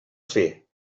fer